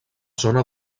zona